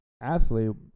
athlete